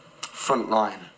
front-line